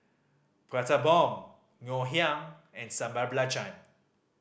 Prata Bomb Ngoh Hiang and Sambal Belacan